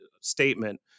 Statement